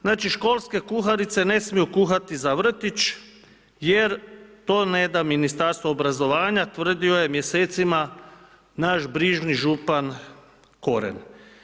Znači, školske kuharice ne smiju kuhati za vrtić jer to ne da Ministarstvo obrazovanja, tvrdio je mjesecima naš brižni župan Koren.